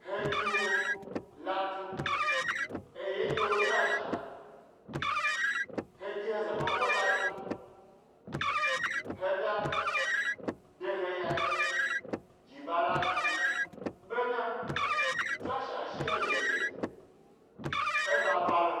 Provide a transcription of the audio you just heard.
Hegiwo latu, eye nɗye wo dna sha, he gihe zamgo latu, heda de he ya gi ɓa latu ɓena, tswashea zhi he nyize, ė ɓa ba lon